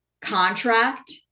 contract